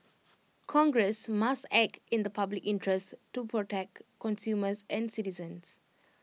congress must act in the public interest to protect consumers and citizens